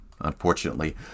unfortunately